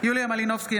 יוליה מלינובסקי,